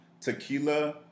tequila